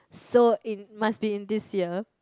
so in must be in this year